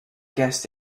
guessed